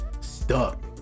stuck